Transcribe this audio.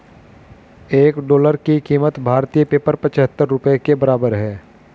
एक डॉलर की कीमत भारतीय पेपर पचहत्तर रुपए के बराबर है